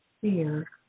fear